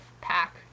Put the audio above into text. pack